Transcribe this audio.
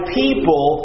people